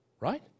right